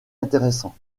intéressant